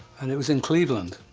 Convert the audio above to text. and it was in cleveland.